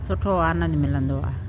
सुठो आनंदु मिलंदो आहे